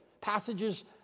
passages